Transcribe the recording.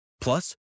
Plus